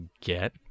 get